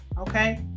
Okay